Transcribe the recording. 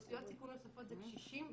אוכלוסיות סיכון נוספות זה קשישים ועולים,